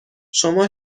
شما